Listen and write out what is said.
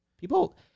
people